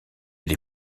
des